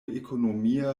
ekonomia